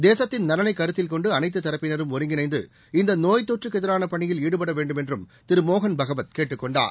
தேசத்தின் நலனை கருத்தில் கொண்டு அனைத்து தரப்பினரும் ஒருங்கிணன்து இந்த நோய் தொற்றுக்கு எதிரான பணியில் ஈடுபட வேண்டுமென்றும் திரு மோகன் பாகவத் கேட்டுக் கொண்டார்